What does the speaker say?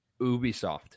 Ubisoft